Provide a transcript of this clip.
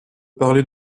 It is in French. parler